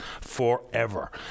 forever